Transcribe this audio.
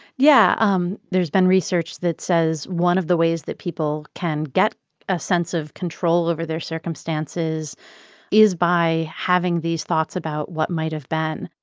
yeah. um there's been research that says one of the ways that people can get a sense of control over their circumstances is by having these thoughts about what might have been.